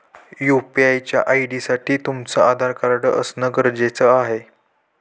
UPI च्या ID साठी तुमचं आधार कार्ड असण गरजेच आहे